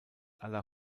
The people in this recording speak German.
aller